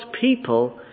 people